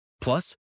Plus